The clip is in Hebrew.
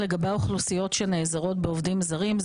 לגבי האוכלוסיות שנעזרות היום בעובדים זרים,